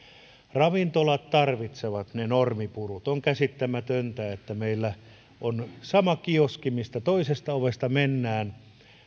ravintolat tarvitsevat ne normien purut on käsittämätöntä että meillä on sama kioski mistä toisesta ovesta mennään